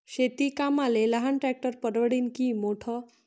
शेती कामाले लहान ट्रॅक्टर परवडीनं की मोठं?